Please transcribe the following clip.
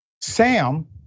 Sam